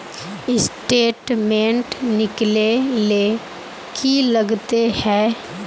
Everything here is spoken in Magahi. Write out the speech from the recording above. स्टेटमेंट निकले ले की लगते है?